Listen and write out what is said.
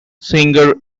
singer